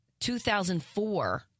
2004